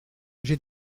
j’ai